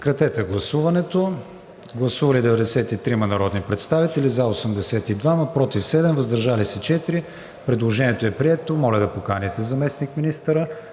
за допуск. Гласували 93 народни представители: за 82, против 7, въздържали се 4. Предложението е прието. Моля да поканите заместник-министъра.